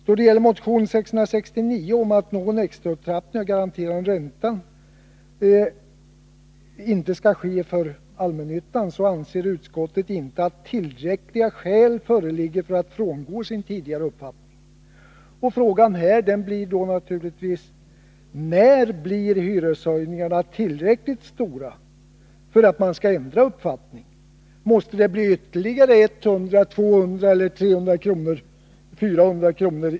Då det gäller motion 669 om att någon extra upptrappning av den garanterade räntan inte skall ske för allmännyttan, anser sig utskottet inte ha tillräckliga skäl för att frångå sin tidigare uppfattning. Frågan blir då naturligtvis: När blir hyreshöjningarna tillräckligt stora för att man skall ändra uppfattning? Måste det bli ytterligare 100, 200, 300 eller 400 kr.